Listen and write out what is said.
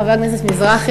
חבר הכנסת מזרחי,